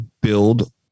build